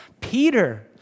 Peter